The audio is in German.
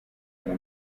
eine